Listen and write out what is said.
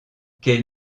quel